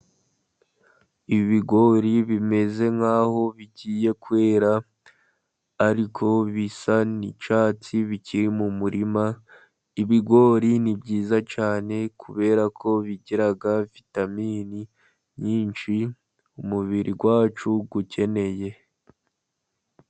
Ibigori bimeze nkaho bigiye kwera ariko bisa ni'cyatsi, bikiri mu murima. Ibigori ni byiza cyane, kubera ko bigira vitamini nyinshi umubiri wacu ukeneye.